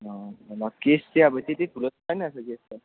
अँ अब केस चाहिँ अब त्यति ठुलो छैन रहेछ केस त